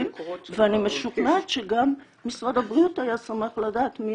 ואני משוכנעת שגם משרד הבריאות היה שמח לדעת מי